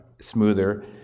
smoother